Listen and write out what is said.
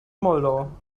moldau